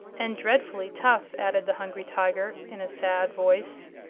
and dreadfully tough, added the hungry tiger, in a sad voice.